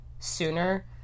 sooner